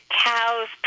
cows